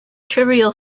trivial